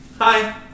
Hi